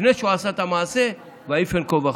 לפני שהוא עשה את המעשה, "ויפן כה וכה".